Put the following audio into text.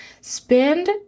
Spend